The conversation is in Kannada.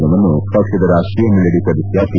ದಿನವನ್ನು ಪಕ್ಷದ ರಾಷ್ಟೀಯ ಮಂಡಳಿ ಸದಸ್ಯ ಪಿ